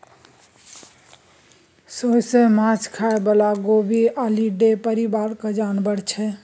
सोंइस माछ खाइ बला गेबीअलीडे परिबारक जानबर छै